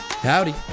Howdy